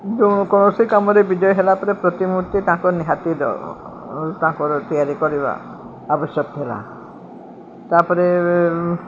ଯେଉଁ କୌଣସି କାମରେ ବିଜୟୀ ହେଲା ପରେ ପ୍ରତିମୂର୍ତ୍ତି ତାଙ୍କ ନିହାତି ଦର ତାଙ୍କର ତିଆରି କରିବା ଆବଶ୍ୟକ ଥିଲା ତାପରେ